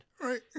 Right